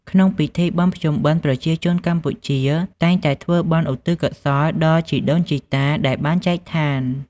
ក្នុងពិធីបុណ្យភ្ជុំបិណ្ឌ ប្រជាជនកម្ពុជា តែងតែធ្វើបុណ្យឧទ្ទិសកុសលដល់ជីដូនជីតាដែលបានចែកឋាន។